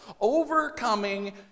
Overcoming